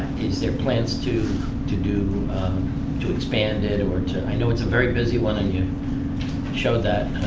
is there plans to to do to expand it or to i know it's a very busy one and you showed that?